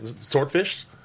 Swordfish